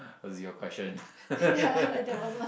it was your question